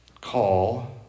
call